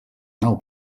nau